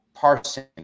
parsing